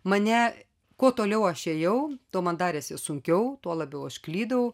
mane kuo toliau aš ėjau tuo man darėsi sunkiau tuo labiau aš klydau